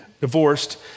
divorced